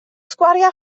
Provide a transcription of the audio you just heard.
sgwariau